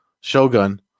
Shogun